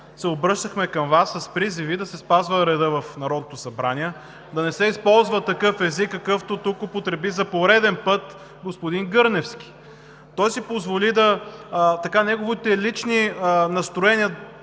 се обръщахме към Вас с призиви да се спазва редът в Народното събрание, да не се използва такъв език, какъвто тук употреби за пореден път господин Гърневски. Той си позволи неговите лични настроения